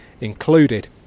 included